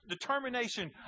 determination